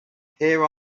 here